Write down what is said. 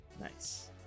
Nice